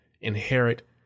inherit